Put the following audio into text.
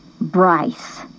Bryce